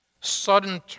sudden